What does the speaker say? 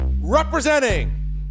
representing